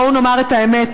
בואו נאמר את האמת,